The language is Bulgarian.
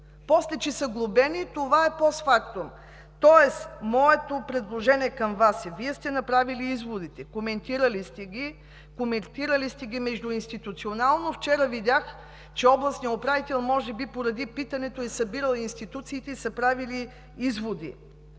После, че са глобени, това е постфактум. Тоест, моето предложение към Вас е: Вие сте направили изводите, коментирали сте ги, коментирали сте ги и междуинституционално. Вчера видях, че областният управител може би поради питането е събирал институциите и са правили изводи.